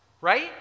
right